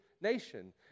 nation